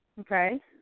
Okay